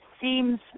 seems